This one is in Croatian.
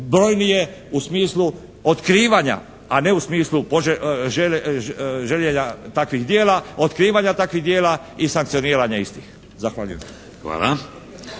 brojnije u smislu otkrivanja, a ne u smislu željenja takvih djela, otkrivanja takvih djela i sankcioniranja istih. Zahvaljujem.